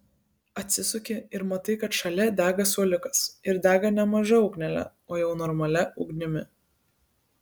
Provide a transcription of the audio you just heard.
atsisuki ir matai kad šalia dega suoliukas ir dega ne maža ugnele o jau normalia ugnimi